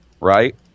right